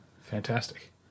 Fantastic